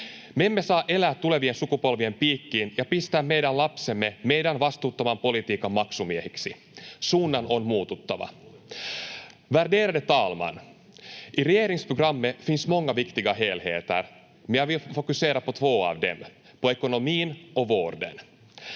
emme saa elää tulevien sukupolvien piikkiin ja pistää meidän lapsiamme meidän vastuuttoman politiikan maksumiehiksi. Suunnan on muututtava. [Sheikki Laakso: Kuuletko, Saramo?] Värderade talman! I regeringsprogrammet finns många viktiga helheter, men jag vill fokusera på två av dem: på ekonomin och vården.